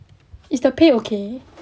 is the pay okay